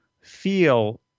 feel